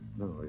No